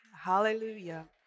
Hallelujah